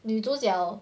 女主角